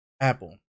Apple